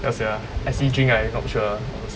ya sia ass itching you not sure